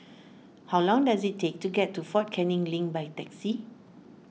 how long does it take to get to fort Canning Link by taxi